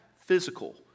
Physical